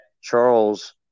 Charles